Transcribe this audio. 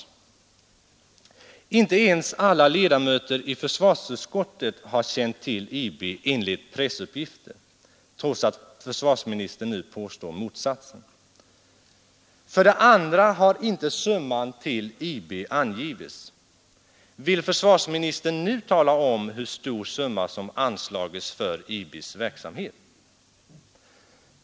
Enligt pressuppgifter har inte ens alla ledamöter i försvarsutskottet känt till IB, trots att försvarsministern nu påstår motsatsen. För det andra har inte summan till IB angivits. Vill försvarsministern nu tala om hur stor summa som har anslagits för IB:s verksamhet?